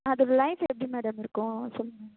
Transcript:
அதோட லைஃப் எப்படி மேடம் இருக்கும் சொல்லுங்கள்